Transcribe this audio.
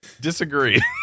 Disagree